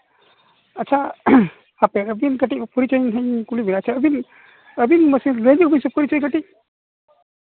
ᱟᱪᱪᱷᱟ ᱦᱟᱯᱮ ᱟᱹᱵᱤᱱ ᱠᱟᱹᱴᱤᱡ ᱯᱚᱨᱤᱪᱚᱭ ᱤᱧ ᱠᱩᱞᱤ ᱵᱮᱱᱟ ᱟᱪᱪᱷᱟ ᱟᱹᱵᱤᱱ ᱞᱟᱹᱭ ᱧᱚᱜ ᱵᱤᱱ ᱥᱮ ᱯᱚᱨᱤᱪᱚᱭ ᱠᱟᱹᱴᱤᱡ